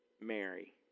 Mary